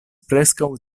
preskaŭ